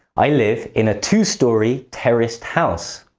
i live in a two-story terraced house.